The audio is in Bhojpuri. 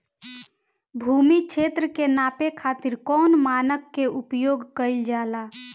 भूमि क्षेत्र के नापे खातिर कौन मानक के उपयोग कइल जाला?